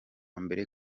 mbere